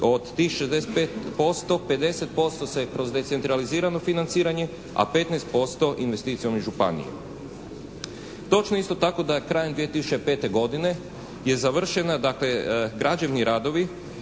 od tih 65% 50% se kroz decentralizirano financiranje, a 15% investicijom iz županije. Točno je isto tako da je krajem 2005. godine je završena dakle građevni radovi